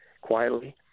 quietly